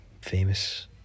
famous